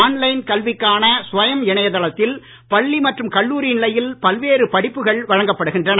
on line கல்விக்கான ஸ்வயம் இணையதளத்தில் பள்ளி மற்றும் கல்லூரி நிலையில் பல்வேறு படிப்புகள் வழங்கப்படுகின்றன